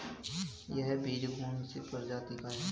यह बीज कौन सी प्रजाति का है?